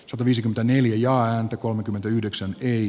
sataviisikymmentäneljä ääntä kolmekymmentäyhdeksän een